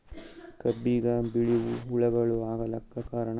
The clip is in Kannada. ಕಬ್ಬಿಗ ಬಿಳಿವು ಹುಳಾಗಳು ಆಗಲಕ್ಕ ಕಾರಣ?